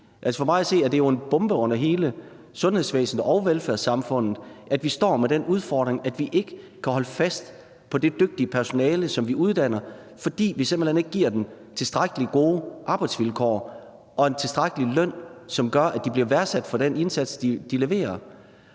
For mig at se er det jo en bombe under hele sundhedsvæsenet og velfærdssamfundet, at vi står med den udfordring, at vi ikke kan holde fast på det dygtige personale, som vi uddanner, fordi vi simpelt hen ikke giver dem tilstrækkelig gode arbejdsvilkår og en tilstrækkelig løn, som gør, at de bliver værdsat for den indsats, de leverer.